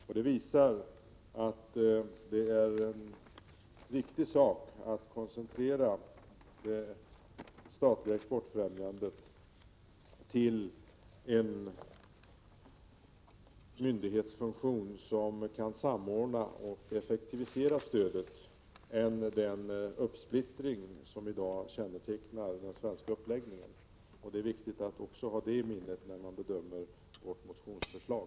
Detta visar att det är viktigt att koncentrera det statliga exportfrämjandet till en myndighetsfunktion som kan samordna och effektivisera stödet, så att man undviker den uppsplittring som i dag kännetecknar den svenska uppläggningen. Detta bör man också ha i minnet när man bedömer vårt motionsförslag.